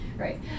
Right